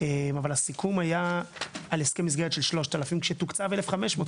אבל הסיכום היה על הסכם מסגרת של 3,000 כשתוקצב 1,500,